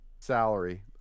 Salary